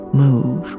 move